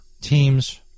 teams